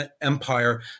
empire